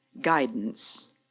guidance